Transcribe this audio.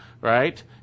right